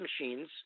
machines